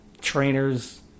trainers